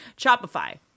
Shopify